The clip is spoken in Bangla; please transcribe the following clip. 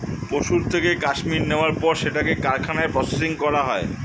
পশুর থেকে কাশ্মীর নেয়ার পর সেটাকে কারখানায় প্রসেসিং করা হয়